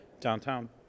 downtown